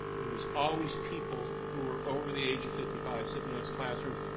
there was always people who were over the age of fifty five sitting in this classroom,